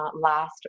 last